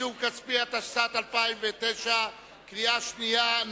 (עיצום כספי), התשס"ט 2009, בקריאה שנייה.